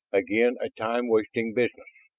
again a time-wasting business.